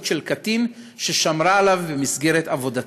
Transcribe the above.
של קטין ששמרה עליו במסגרת עבודתה.